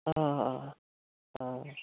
অঁ অঁ অঁ